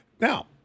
Now